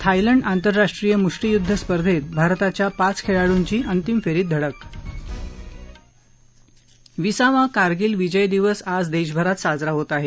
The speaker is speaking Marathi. थायलंड आंतरराष्ट्रीय मुष्टीयुद्ध स्पर्धेत भारताच्या पाच खेळाडूंची अंतिम फेरीत धडक विसावा कारगिल विजय दिवसाचा विसावा वर्धापन दिन आज देशभरात साजरा होत आहे